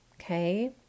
Okay